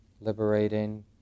liberating